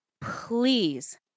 please